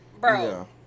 Bro